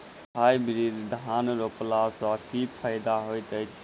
Hybrid धान रोपला सँ की फायदा होइत अछि?